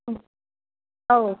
ꯎꯝ ꯑꯧ